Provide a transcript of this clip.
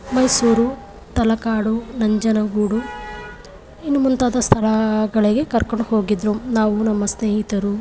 ಮೈಸೂರು ತಲಕಾಡು ನಂಜನಗೂಡು ಇನ್ನು ಮುಂತಾದ ಸ್ಥಳಗಳಿಗೆ ಕರ್ಕೊಂಡು ಹೋಗಿದ್ರು ನಾವು ನಮ್ಮ ಸ್ನೇಹಿತರು